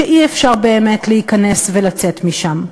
שאי-אפשר באמת להיכנס ולצאת משם,